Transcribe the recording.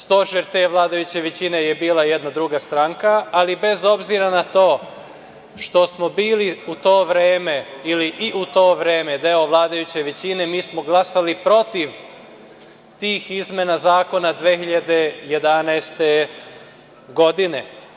Stožer te vladajuće većine je bila jedna druga stranka, ali bez obzira na to što smo bili u to vreme, tj. i u to vreme deo vladajuće većine, mi smo glasali protiv tih izmena zakona 2011. godine.